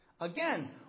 Again